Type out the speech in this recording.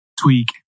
tweak